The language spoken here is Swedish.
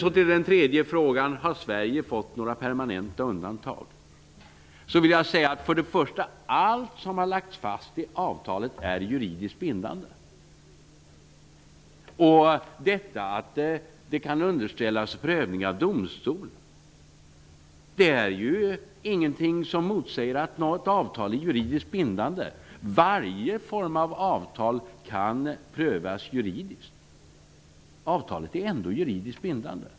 På den tredje frågan om Sverige har fått några permanenta undantag vill jag svara att allt som har lagts fast i avtalet är juridiskt bindande. Att avtalet kan underställas domstols prövning är ju ingenting som motsäger att avtalet är juridiskt bindande. Varje form av avtal kan prövas juridiskt.